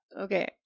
Okay